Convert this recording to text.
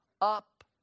up